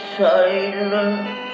silence